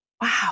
Wow